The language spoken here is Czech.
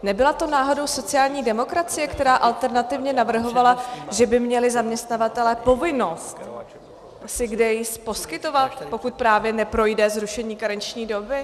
Nebyla to náhodou sociální demokracie, která alternativně navrhovala, že by měli zaměstnavatelé povinnost sick days poskytovat, pokud právě neprojde zrušení karenční doby?